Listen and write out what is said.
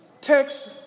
text